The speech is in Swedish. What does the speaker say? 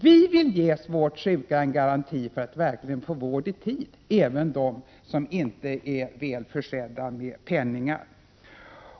Vi vill ge svårt sjuka människor en garanti för att de verkligen får vård i tid, även de som inte är väl försedda med penningar.